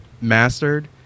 mastered